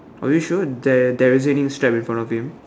are you sure there there isn't any strap in front of him